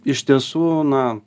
iš tiesų na